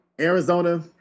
Arizona